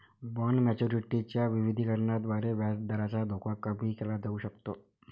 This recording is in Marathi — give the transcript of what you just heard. बॉण्ड मॅच्युरिटी च्या विविधीकरणाद्वारे व्याजदराचा धोका कमी केला जाऊ शकतो